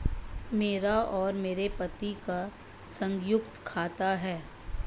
मेरा और मेरे पति का संयुक्त खाता है